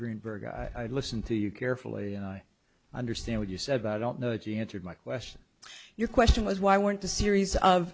berg i listen to you carefully and i understand what you said about i don't know if you answered my question your question was why weren't the series of